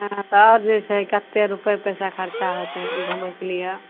हँ तऽ आओर जे छै कते रुपैये पैसा खर्चा होतय घुमय कऽ लिये